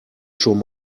schon